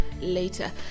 later